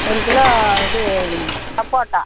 ஒரு கிலோ இது சப்போட்டா